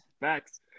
Max